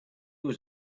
was